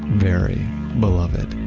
very beloved.